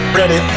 ready